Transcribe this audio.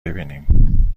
ببینیم